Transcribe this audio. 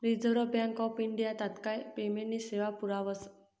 reserve Bank of India तात्काय पेमेंटनी सेवा पुरावस